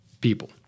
people